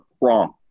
wrong